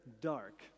dark